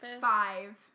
five